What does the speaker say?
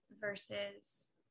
versus